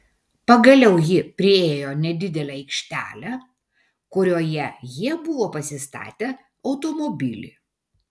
pagaliau ji priėjo nedidelę aikštelę kurioje jie buvo pasistatę automobilį